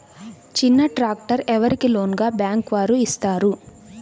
చిన్న ట్రాక్టర్ ఎవరికి లోన్గా బ్యాంక్ వారు ఇస్తారు?